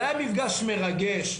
זה היה מפגש מרגש,